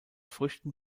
früchten